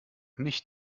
nicht